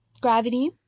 gravity